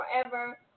forever